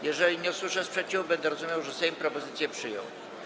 Jeżeli nie usłyszę sprzeciwu, będę rozumiał, że Sejm propozycję przyjął.